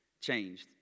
changed